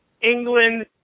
England